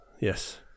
Yes